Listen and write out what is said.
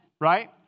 right